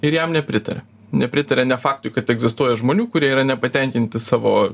ir jam nepritaria nepritaria ne faktui kad egzistuoja žmonių kurie yra nepatenkinti savo